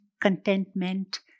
contentment